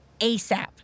ASAP